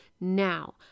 Now